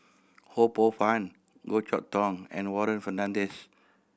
Ho Poh Fun Goh Chok Tong and Warren Fernandez